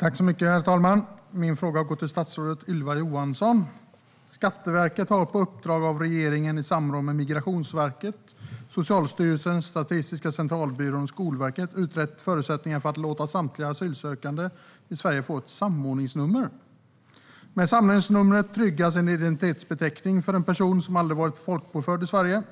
Herr talman! Min fråga går till statsrådet Ylva Johansson. Skatteverket har på uppdrag av regeringen i samråd med Migrationsverket, Socialstyrelsen, Statistiska centralbyrån och Skolverket utrett förutsättningar för att låta samtliga asylsökande i Sverige få ett samordningsnummer. Med samordningsnumret tryggas en identitetsbeteckning för en person som aldrig har varit folkbokförd i Sverige.